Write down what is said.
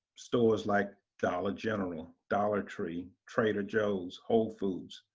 stores like, dollar general, dollar tree, trader joe's, whole foods.